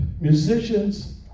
musicians